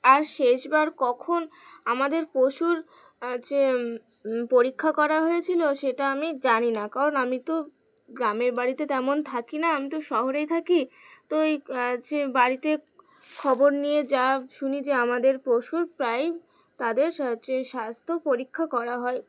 আর শেষবার কখন আমাদের পশুর হচ্ছে পরীক্ষা করা হয়েছিল সেটা আমি জানি না কারণ আমি তো গ্রামের বাড়িতে তেমন থাকি না আমি তো শহরেই থাকি তো এই হচ্ছে বাড়িতে খবর নিয়ে যা শুনি যে আমাদের পশুর প্রায়ই তাদের হচ্ছে স্বাস্থ্য পরীক্ষা করা হয়